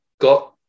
got